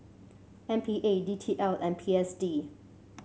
M P A D T L and P S D